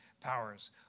powers